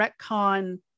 retcon